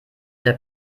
der